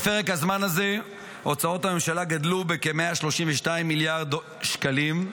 בפרק הזמן הזה הוצאות הממשלה גדלו בכ-132 מיליארד שקלים,